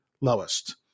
lowest